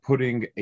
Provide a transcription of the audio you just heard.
Putting